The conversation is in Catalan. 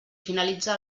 finalitza